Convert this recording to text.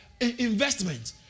investment